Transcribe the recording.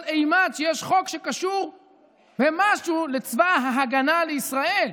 אימת שיש חוק שקשור במשהו לצבא ההגנה לישראל?